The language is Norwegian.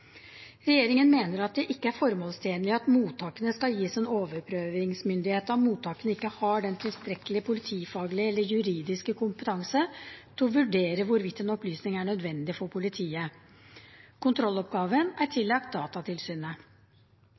Regjeringen mener at det ikke er formålstjenlig at mottakene skal gis en overprøvingsmyndighet, da mottakene ikke har den tilstrekkelige politifaglige eller juridiske kompetanse til å vurdere hvorvidt en opplysning er nødvendig for politiet. Kontrolloppgaven er tillagt Datatilsynet.